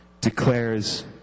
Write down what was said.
declares